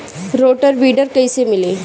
Rotor weeder कईसे मिले?